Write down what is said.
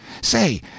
Say